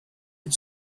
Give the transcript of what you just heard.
had